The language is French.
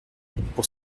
pour